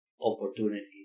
opportunities